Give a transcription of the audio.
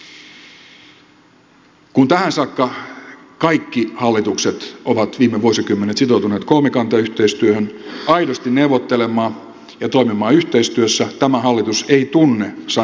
kun tähän saakka kaikki hallitukset ovat viime vuosikymmenet sitoutuneet kolmikantayhteistyöhön aidosti neuvottelemaan ja toimimaan yhteistyössä tämä hallitus ei tunne sanaa kolmikanta